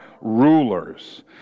rulers